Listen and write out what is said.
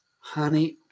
Honey